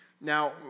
Now